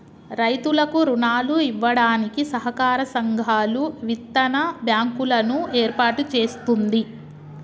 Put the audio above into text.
రైతులకు రుణాలు ఇవ్వడానికి సహకార సంఘాలు, విత్తన బ్యాంకు లను ఏర్పాటు చేస్తుంది